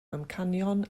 amcanion